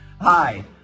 Hi